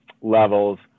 levels